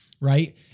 right